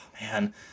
man